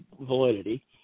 validity